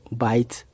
byte